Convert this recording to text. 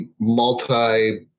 multi-